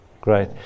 Great